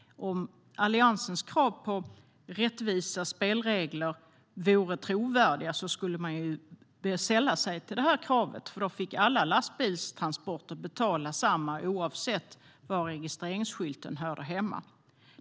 Om Alliansen med sina krav på rättvisa spelregler vore trovärdiga skulle de sälla sig till de här kravet, för då skulle alla lastbilstransporter få betala samma oavsett var registreringsskylten hör hemma.